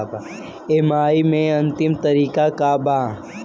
EMI के अंतिम तारीख का बा?